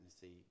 see